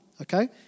okay